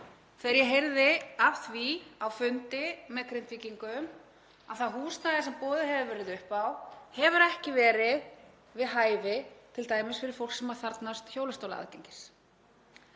þegar ég heyrði af því á fundi með Grindvíkingum að það húsnæði sem boðið hefur verið upp á hefur ekki verið við hæfi t.d. fyrir fólk sem þarfnast hjólastólaaðgengis.